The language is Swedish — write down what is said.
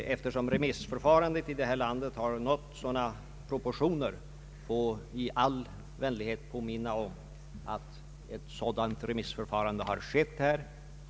Eftersom remissförfarandet i det här landet har nått sådana proportio ner, vill jag bara i all vänlighet erinra om att ett sådant remissförfarande skett i denna fråga.